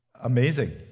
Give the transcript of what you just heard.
Amazing